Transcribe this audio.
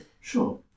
Sure